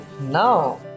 now